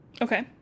okay